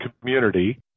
community